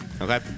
Okay